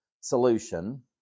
solution